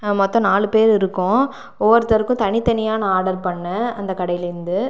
மொத்தம் நாலு பேர் இருக்கோம் ஒவ்வொருத்தருக்கும் தனித்தனியாக நான் ஆடர் பண்ணேன் அந்த கடையிலேருந்து